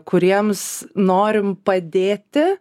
kuriems norime padėti